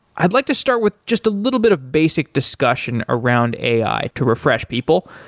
i'd like to start with just a little bit of basic discussion around ai to refresh people.